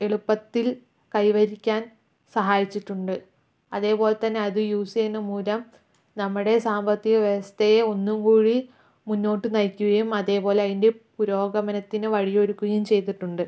എളുപ്പത്തിൽ കൈവരിക്കാൻ സഹായിച്ചിട്ടുണ്ട് അതേപോലെ തന്നെ അത് യൂസ് ചെയ്യുന്ന മൂലം നമ്മുടെ സാമ്പത്തിക വ്യവസ്ഥയെ ഒന്നുകൂടി മുന്നോട്ടു നയിക്കുകയും അതേപോലെ അതിൻ്റെ പുരോഗമനത്തിന് വഴിയൊരുക്കുകയും ചെയ്തിട്ടുണ്ട്